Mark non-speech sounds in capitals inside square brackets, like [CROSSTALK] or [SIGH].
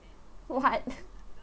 what [LAUGHS]